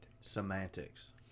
Semantics